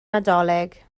nadolig